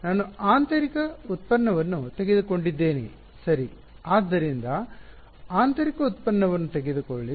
ನಾನು ಆಂತರಿಕ ಉತ್ಪನ್ನವನ್ನು ತೆಗೆದುಕೊಂಡಿದ್ದೇನೆ ಸರಿ ಆದ್ದರಿಂದ ಆಂತರಿಕ ಉತ್ಪನ್ನವನ್ನು ತೆಗೆದುಕೊಳ್ಳಿ